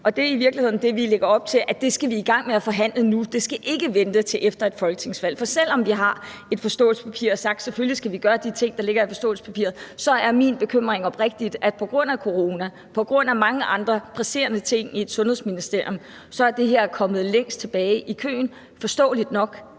Det er i virkeligheden det, vi lægger op til vi skal i gang med at forhandle nu. Det skal ikke vente til efter et folketingsvalg, for selv om vi har et forståelsespapir og har sagt, at selvfølgelig skal vi gøre de ting, der står i forståelsespapiret, er min bekymring oprigtigt, at på grund af corona og på grund af mange andre presserende ting i Sundhedsministeriet er det her kommet længst tilbage i køen, forståeligt nok.